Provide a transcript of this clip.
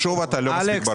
שוב אתה לא מספיק ברור.